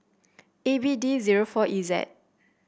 A B D zero four E Z